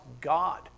God